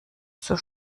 zur